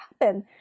happen